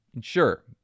Sure